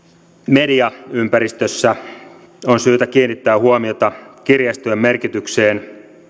mediaympäristössä on syytä kiinnittää huomiota kirjastojen merkitykseen